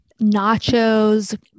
nachos